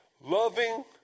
Loving